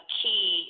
key